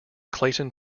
clayton